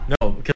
No